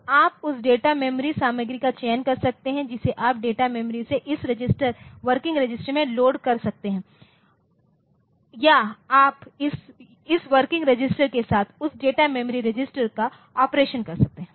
तो आप उस डेटा मेमोरी सामग्री का चयन कर सकते हैं जिसे आप डेटा मेमोरी से इस रजिस्टर वर्किंग रजिस्टर में लोड कर सकते हैं या आप इस वर्किंग रजिस्टर के साथ उस डेटा मेमोरी रजिस्टर का ऑपरेशन कर सकते हैं